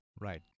Right